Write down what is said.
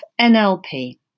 NLP